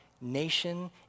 nation